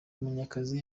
munyakazi